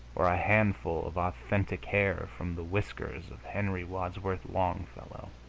or a handful of authentic hair from the whiskers of henry wadsworth longfellow.